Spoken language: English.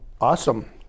awesome